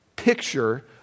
picture